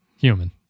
Human